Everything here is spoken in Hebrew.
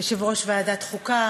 יושב-ראש ועדת החוקה,